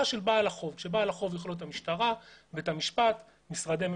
בעד שייכנסו לבית ויעקלו?